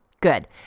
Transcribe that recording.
Good